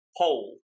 Pole